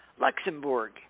Luxembourg